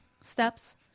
steps